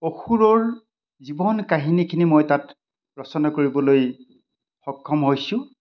অসুৰৰ জীৱন কাহিনীখিনি মই তাত ৰচনা কৰিবলৈ সক্ষম হৈছোঁ